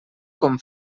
com